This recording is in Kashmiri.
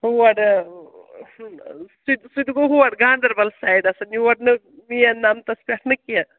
ہورٕ سُہ تہِ سُہ تہِ گوٚو ہور گانٛدَربَل سایڈٕ یور نہٕ مین نَمتَس پٮ۪ٹھ نہٕ کیٚنٛہہ